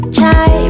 Chai